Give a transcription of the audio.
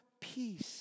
peace